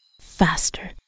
faster